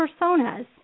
personas